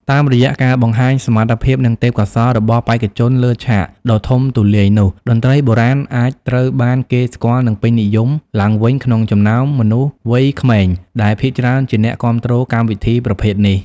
តាមរយៈការបង្ហាញសមត្ថភាពនិងទេពកោសល្យរបស់បេក្ខជនលើឆាកដ៏ធំទូលាយនោះ តន្ត្រីបុរាណអាចត្រូវបានគេស្គាល់និងពេញនិយមឡើងវិញក្នុងចំណោមមនុស្សវ័យក្មេងដែលភាគច្រើនជាអ្នកគាំទ្រកម្មវិធីប្រភេទនេះ។